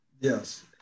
Yes